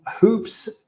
hoops